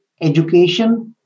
education